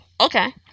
Okay